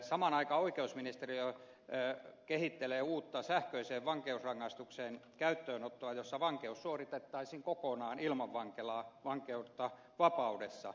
samaan aikaan oikeusministeriö kehittelee uutta sähköisen vankeusrangaistuksen käyttöönottoa jossa vankeus suoritettaisiin kokonaan ilman vankilaa vankeutta vapaudessa